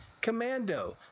Commando